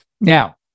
Now